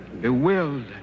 bewildered